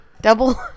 Double